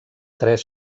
tres